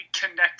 connected